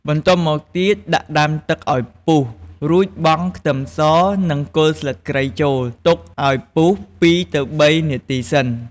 បន្ទាប់មកទៀត ដាក់ដាំទឹកអោយពុះ រួចបង់ខ្ទឹមស និងគល់ស្លឹកគ្រៃចូល ទុកឱ្យពុះ២ទៅ៣នាទីសិន។